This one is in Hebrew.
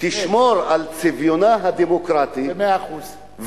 תשמור על צביונה הדמוקרטי, במאה אחוז.